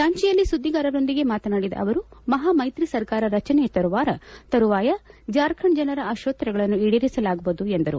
ರಾಂಚಿಯಲ್ಲಿ ಸುದ್ದಿಗಾರರೊಂದಿಗೆ ಮಾತನಾಡಿದ ಅವರು ಮಹಾ ಮೈತ್ರಿ ಸರ್ಕಾರ ರಚನೆಯ ತರುವಾಯ ಜಾರ್ಖಂಡ್ ಜನರ ಆಶೋತ್ತರಗಳನ್ನು ಈಡೇರಿಸಲಾಗುವುದು ಎಂದರು